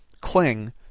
cling